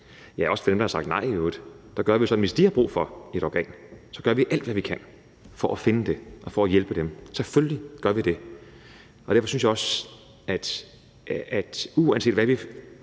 også for dem, der har sagt nej. Vi har det sådan, at hvis de har brug for et organ, gør vi alt, hvad vi kan, for at finde det og for at hjælpe dem. Selvfølgelig gør vi det. Derfor synes jeg også, at uanset hvad vi